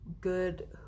good